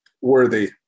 worthy